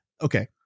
okay